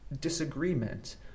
disagreement